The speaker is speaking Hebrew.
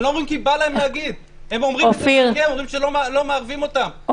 הם אומרים שלא מערבים אותם,